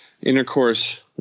intercourse